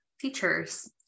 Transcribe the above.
teachers